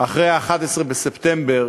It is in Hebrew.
אחרי ה-11 בספטמבר